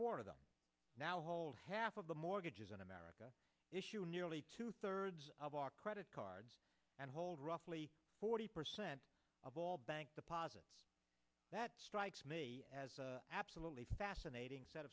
of them now hold half of the mortgages in america issue nearly two thirds of our credit cards and hold roughly forty percent of all bank deposits that strikes me as an absolutely fascinating set